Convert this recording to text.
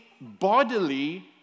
bodily